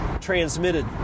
transmitted